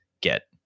get